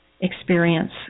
experience